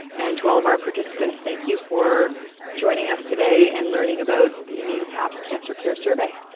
and to all of our participants, thank you for joining us today and learning about the new cahps cancer care survey.